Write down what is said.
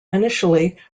initially